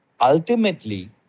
ultimately